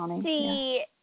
see